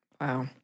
wow